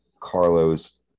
Carlos